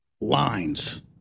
lines